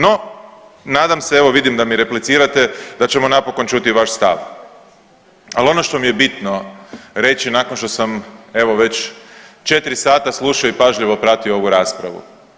No nadam se, evo vidim da mi replicirate, da ćemo napokon čuti vaš stav, al ono što mi je bitno reći nakon što sam evo već 4 sata slušao i pažljivo pratio ovu raspravu.